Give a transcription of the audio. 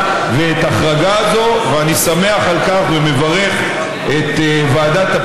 בהתאם להסדר שייקבע בתקנות ויובא לאישור הוועדה.